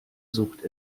sucht